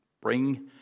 Bring